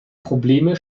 probleme